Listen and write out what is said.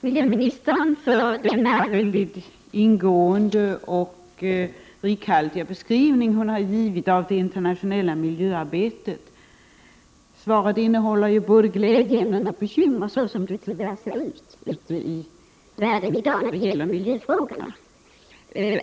Herr talman! Jag vill också tacka miljöministern för den mycket ingående och rikhaltiga beskrivning hon har givit av det internationella miljöarbetet. Svaret innehåller ju både glädjeämnen och bekymmer och det är ju så som det tyvärr ser ut i världen i dag när det gäller miljöfrågorna.